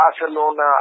Barcelona